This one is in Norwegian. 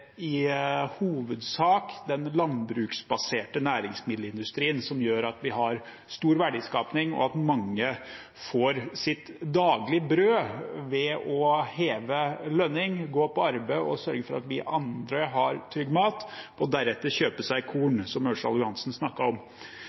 i hovedsak den landbruksbaserte næringsmiddelindustrien som gjør at vi har stor verdiskaping, og at mange får sitt daglige brød ved å heve lønning, gå på arbeid og sørge for at vi andre har trygg mat – og deretter kjøpe seg korn, som Ørsal Johansen snakket om.